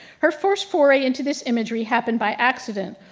her first foray into this imagery happened by accident.